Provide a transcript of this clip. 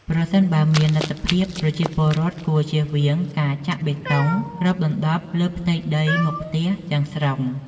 ប្រសិនបើមានលទ្ធភាព ប្រជាពលរដ្ឋគួរជៀសវាងការចាក់បេតុងគ្របដណ្តប់លើផ្ទៃដីមុខផ្ទះទាំងស្រុង។